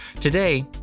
Today